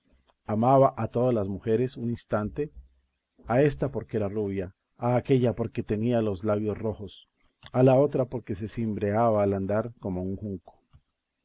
amaba a todas las mujeres un instante a ésta porque era rubia a aquélla porque tenía los labios rojos a la otra porque se cimbreaba al andar como un junco